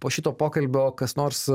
po šito pokalbio kas nors